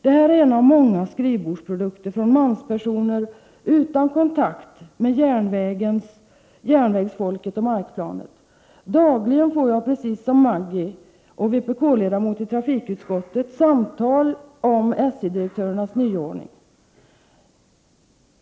Det här är en av många skrivbordsprodukter från manspersoner utan kontakt med järnvägsfolket och markplanet. Precis som Maggi Mikaelsson får jag, som är vpk-ledamot i trafikutskottet, dagligen samtal om SJ-direktörernas nyordning.